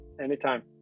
anytime